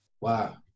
Wow